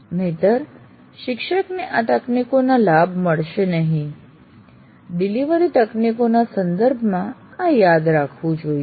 નહિંતર શિક્ષકને આ તકનીકોના લાભ મળશે નહીં ડિલિવરી તકનીકોના સંદર્ભમાં આ યાદ રાખવું જોઈએ